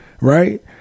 right